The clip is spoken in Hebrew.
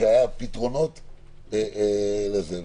כשהיו פתרונות לזה.